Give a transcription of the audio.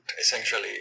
essentially